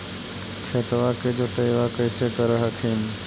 खेतबा के जोतय्बा कैसे कर हखिन?